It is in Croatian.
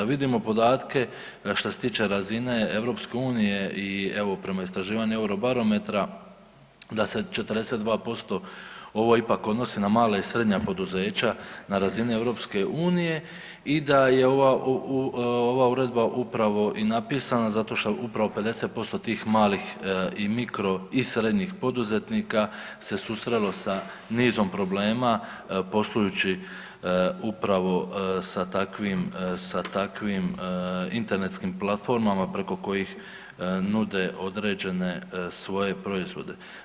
Vidimo podatke što se tiče razine EU i evo, prema istraživanju Eurobarometra da se 42% ovo ipak odnosi na male i srednja poduzeća na razini EU i da je ova Uredba upravo i napisana zato što upravo 50% tih malih i mikro i srednjih poduzetnika se susrelo sa nizom problema poslujući upravo sa takvim internetskim platformama preko kojih nude određene svoje proizvode.